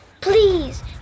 Please